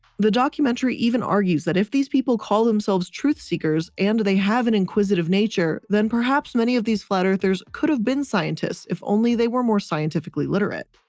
the documentary even argues that if these people call themselves truth seekers and they have an inquisitive nature, then perhaps many of these flat-earthers could have been scientists, if only they were more scientifically literate.